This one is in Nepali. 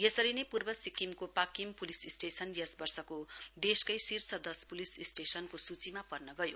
यसरी नै पूर्व सिक्किमको पाकिम पुलिस स्टेशन यस वर्षको देशकै शीर्ष दस प्लिस स्टेशनको सूचीमा पर्न गयो